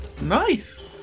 Nice